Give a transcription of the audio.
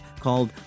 called